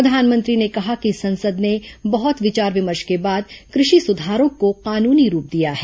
प्रधानमंत्री ने कहा कि संसद ने बहुत विचार विमर्श के बाद कृषि सुधारों को कानूनी रूप दिया है